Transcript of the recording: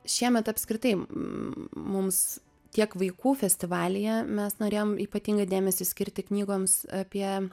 šiemet apskritai mums tiek vaikų festivalyje mes norėjom ypatingą dėmesį skirti knygoms apie